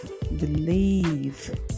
believe